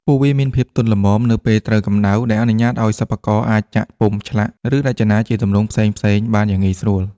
ពួកវាមានភាពទន់ល្មមនៅពេលត្រូវកម្ដៅ ដែលអនុញ្ញាតឲ្យសិប្បករអាចចាក់ពុម្ព ឆ្លាក់ ឬរចនាជាទម្រង់ផ្សេងៗបានយ៉ាងងាយស្រួល។